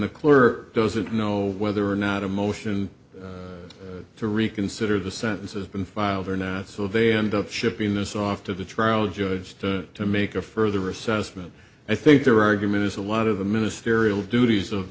the clerk doesn't know whether or not a motion to reconsider the sentence has been filed or not so they end up shipping this off to the trial judge to make a further assessment i think their argument is a lot of the ministerial duties of